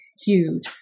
huge